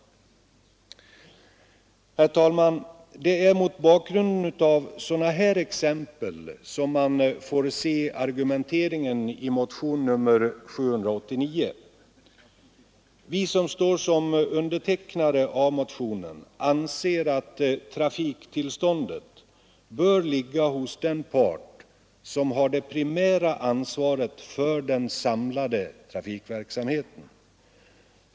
Herr talman! Det är mot bakgrunden av sådana här exempel man får se argumenteringen i motionen 789. Vi som står som undertecknare av motionen anser att trafiktillståndet bör ligga hos den part som har det primära ansvaret för den samlade trafikverksamheten.